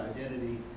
identity